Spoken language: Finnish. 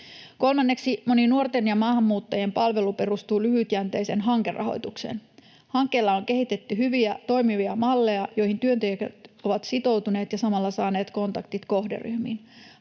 Kolmanneksi, moni nuorten ja maahanmuuttajien palvelu perustuu lyhytjänteiseen hankerahoitukseen. Hankkeilla on kehitetty hyviä, toimivia malleja, joihin työntekijät ovat sitoutuneet ja samalla saaneet kontaktit kohderyhmiin.